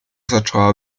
zaczęła